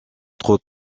trop